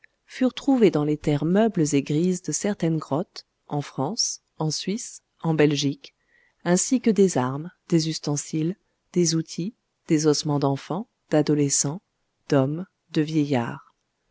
furent trouvées dans les terres meubles et grises de certaines grottes en france en suisse en belgique ainsi que des armes des ustensiles des outils des ossements d'enfants d'adolescents d'hommes de vieillards